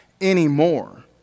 anymore